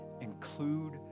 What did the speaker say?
include